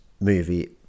movie